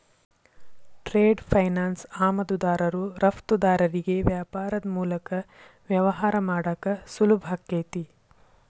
trade finance ಆಮದುದಾರರು ರಫ್ತುದಾರರಿಗಿ ವ್ಯಾಪಾರದ್ ಮೂಲಕ ವ್ಯವಹಾರ ಮಾಡಾಕ ಸುಲಭಾಕೈತಿ